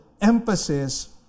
emphasis